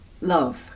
love